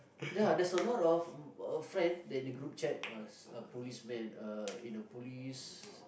ya there's a lot of uh friends that in the group chat was a policemen uh in a police